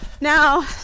Now